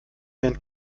wären